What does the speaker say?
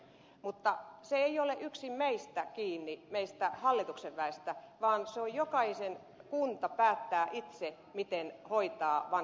mutta se ei ole yksin meistä hallituksen väestä kiinni vaan jokainen kunta päättää itse miten hoitaa vanhuksensa